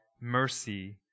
mercy